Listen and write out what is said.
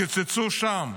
קיצצו שם,